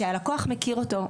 שהלקוח מכיר אותו,